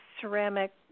ceramic